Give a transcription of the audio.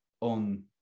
on